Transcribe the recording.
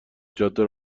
جاده